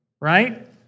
right